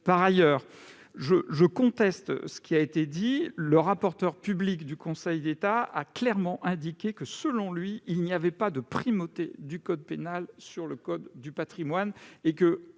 Par ailleurs, contrairement à ce que vous avancez, le rapporteur public du Conseil d'État a clairement indiqué que, selon lui, il n'y avait pas de primauté du code pénal sur le code du patrimoine.